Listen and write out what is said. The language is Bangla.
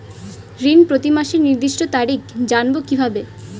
ঋণ প্রতিমাসের নির্দিষ্ট তারিখ জানবো কিভাবে?